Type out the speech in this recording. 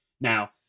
Now